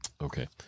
Okay